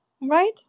Right